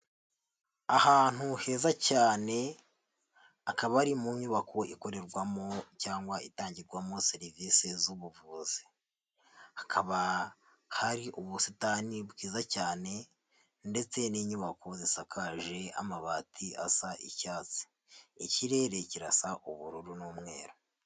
Ahantu heza cyane, akaba ari mu nyubako, ikorerwamo cyangwa itangirwamo serivise z'ubuvuzi, hakaba hari ubusitani bwiza cyane ndetse n'inyubako zisakaje amabati asa icyatsi, ikirere kirasa ubururu n'umweru.